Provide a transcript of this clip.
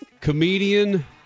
Comedian